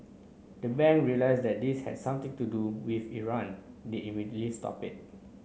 the bank realised that this had something to do with Iran they immediately stopped it